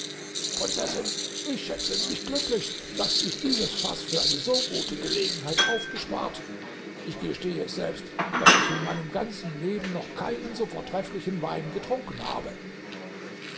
prinzessin ich schätze mich glücklich daß ich dieses faß für eine so gute gelegenheit aufgespart ich gestehe selbst daß ich in meinem ganzen leben noch keinen so vortrefflichen wein getrunken habe